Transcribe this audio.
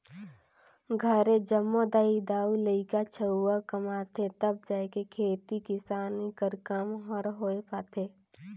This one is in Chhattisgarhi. घरे जम्मो दाई दाऊ,, लरिका छउवा कमाथें तब जाएके खेती किसानी कर काम हर होए पाथे